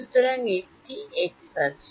সুতরাং একটি এক্স আছে